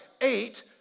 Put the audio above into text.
eight